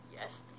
yes